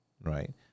right